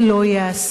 זה לא ייעשה,